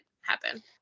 happen